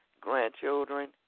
grandchildren